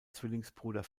zwillingsbruder